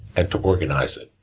and to organize it.